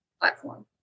platform